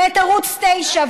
ואת ערוץ 9,